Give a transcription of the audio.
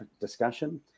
discussion